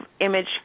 image